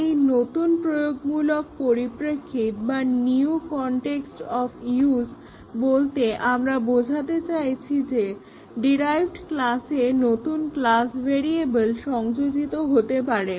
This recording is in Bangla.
এই নতুন প্রয়োগমূলক পরিপ্রেক্ষিত বা নিউ কন্টেক্সট অফ ইউস বলতে আমরা বোঝাতে চাইছি যে ডিরাইভড ক্লাসে নতুন ক্লাস ভেরিয়েবেল সংযোজিত হতে পারে